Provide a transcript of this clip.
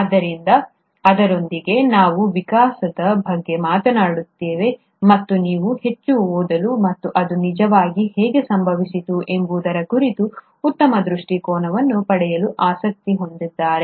ಆದ್ದರಿಂದ ಅದರೊಂದಿಗೆ ನಾವು ವಿಕಾಸದ ಬಗ್ಗೆ ಮಾತನಾಡಿದ್ದೇವೆ ಮತ್ತು ನೀವು ಹೆಚ್ಚು ಓದಲು ಮತ್ತು ಅದು ನಿಜವಾಗಿ ಹೇಗೆ ಸಂಭವಿಸಿತು ಎಂಬುದರ ಕುರಿತು ಉತ್ತಮ ದೃಷ್ಟಿಕೋನವನ್ನು ಪಡೆಯಲು ಆಸಕ್ತಿ ಹೊಂದಿದ್ದರೆ